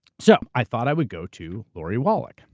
so i thought i would go to lori wallach.